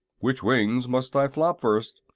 which wings must i flop first?